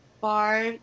bar